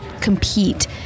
compete